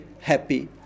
happy